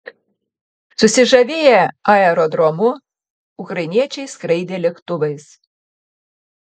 susižavėję aerodromu ukrainiečiai skraidė lėktuvais